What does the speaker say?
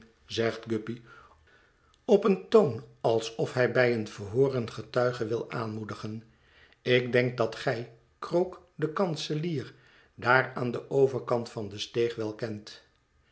guppy op een toon alsof hij bij een verhoor een getuige wilde aanmoedigen ik denk dat gij krook den kanselier daar aan den overkant van de steeg wel kent